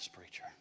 preacher